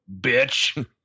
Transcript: bitch